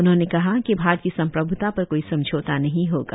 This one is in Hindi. उन्होंने कहा कि भारत की सम्प्रभूता पर कोई समझौता नहीं होगा